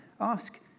ask